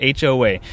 HOA